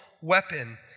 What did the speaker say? weapon